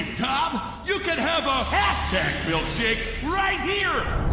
tom you can have a hashtag-milkshake right here.